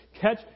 catch